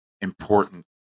important